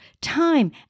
time